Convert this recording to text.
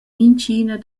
mintgina